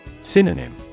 Synonym